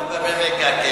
לא מימיקה,